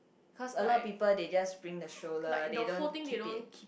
cause a lot of people they just bring the stroller they don't keep it